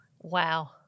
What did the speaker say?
Wow